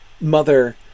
mother